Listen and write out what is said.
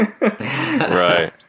Right